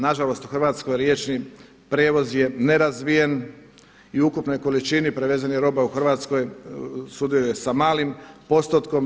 Nažalost u Hrvatskoj riječni prijevoz je nerazvijen i ukupne količini prevezene robe u Hrvatskoj sudio je sa malim postotkom.